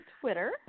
Twitter